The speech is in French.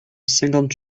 cinquante